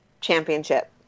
championship